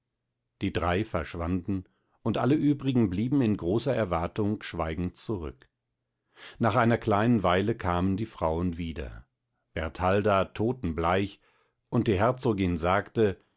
die drei verschwanden und alle übrigen blieben in großer erwartung schweigend zurück nach einer kleinen weile kamen die frauen wieder bertalda totenbleich und die herzogin sagte